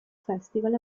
festival